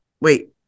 Wait